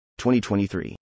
2023